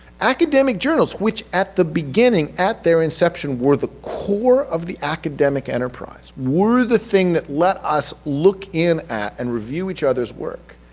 academic journals, which at the beginning at their inception were the core of the academic enterprise. we're the thing that that let us look in at and review each others work.